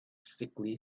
sickly